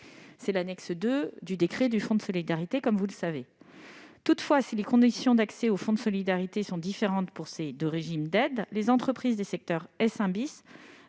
à l'annexe 2 du décret relatif au fonds de solidarité. Toutefois, si les conditions d'accès au fonds de solidarité sont différentes pour ces deux régimes d'aide- les entreprises des secteurs S1